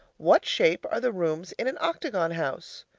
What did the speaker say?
what shape are the rooms in an octagon house?